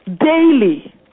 daily